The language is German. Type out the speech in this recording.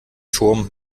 turm